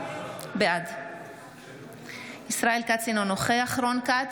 בעד ישראל כץ, אינו נוכח רון כץ, אינו